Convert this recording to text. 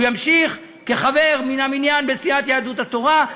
הוא ימשיך כחבר מן המניין בסיעת יהדות התורה.